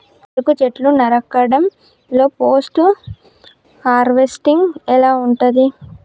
చెరుకు చెట్లు నరకడం లో పోస్ట్ హార్వెస్టింగ్ ఎలా ఉంటది?